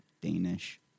Danish